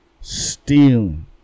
Stealing